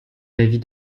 l’avis